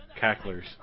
cacklers